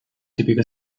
tipico